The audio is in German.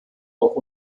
auch